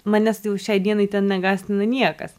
manęs tai jau šiai dienai ten negąsdina niekas